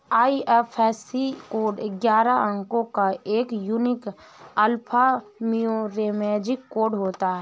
IFSC code ग्यारह अंको का एक यूनिक अल्फान्यूमैरिक कोड होता है